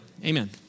Amen